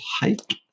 hike